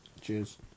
Cheers